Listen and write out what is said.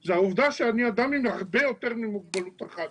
היא העובדה שאני אדם עם הרבה יותר ממוגבלות אחת.